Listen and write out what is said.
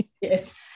Yes